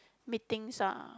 meetings ah